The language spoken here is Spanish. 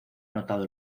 anotado